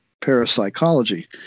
parapsychology